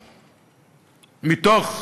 מתוך,